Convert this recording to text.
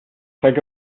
think